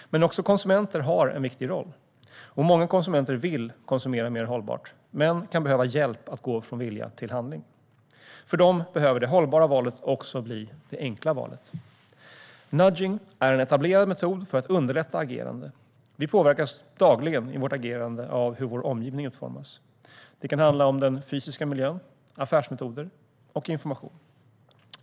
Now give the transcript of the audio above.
Men också konsumenter har en viktig roll. Många konsumenter vill konsumera mer hållbart, men kan behöva hjälp med att gå från vilja till handling. För dem behöver det hållbara valet också bli det enkla valet. Nudging är en etablerad metod för att underlätta agerande. Vi påverkas dagligen i vårt agerande av hur vår omgivning utformas. Det kan handla om den fysiska miljön, affärsmetoder och information.